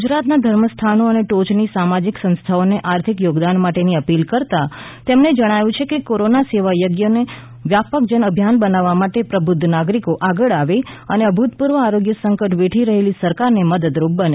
ગુજરાતના ધર્મસ્થાનો અને ટોચની સામાજિક સંસ્થાઓને આર્થિક યોગદાન માટેની અપીલ કરતાં તેમણે જણાવ્યું છે કે કોરોના સેવા ય જ્ઞને વ્યાપક જન અભિયાન બનાવવા માટે પ્રબુધ્ધ નાગરિકો આગળ આવે અને અભૂતપૂર્વ આરોગ્ય સંકટ વેઠી રહેલી સરકારને મદદરૂપ બને